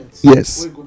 Yes